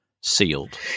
sealed